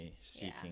seeking